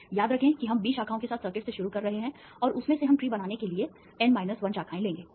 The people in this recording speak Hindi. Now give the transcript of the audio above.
तो याद रखें कि हम B शाखाओं के साथ सर्किट से शुरू कर रहे हैं और उसमें से हम ट्री बनाने के लिए N 1 शाखाएं लेंगे